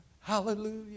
Hallelujah